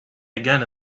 again